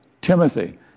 Timothy